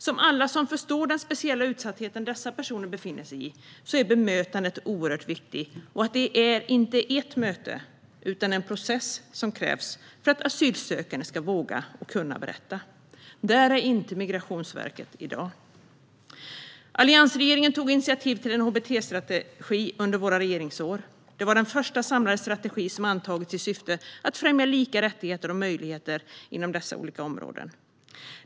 Som alla som förstår den speciella utsatthet dessa personer befinner sig i vet är bemötandet oerhört viktigt, och det är inte ett möte utan en process som krävs för att asylsökande ska våga och kunna berätta. Där är inte Migrationsverket i dag. Alliansregeringen tog initiativ till en hbt-strategi under våra regeringsår. Det var den första samlade strategi som antagits i syfte att främja lika rättigheter och möjligheter inom olika områden.